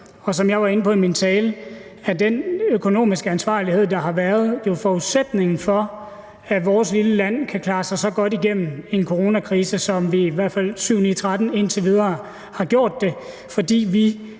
Og som jeg var inde på i min tale, er den økonomiske ansvarlighed, der har været, jo forudsætningen for, at vores lille land kan klare sig så godt igennem en coronakrise, som vi i hvert fald – syv-ni-tretten! – indtil videre har gjort, fordi vi